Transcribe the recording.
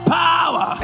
power